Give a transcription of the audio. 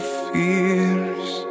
fears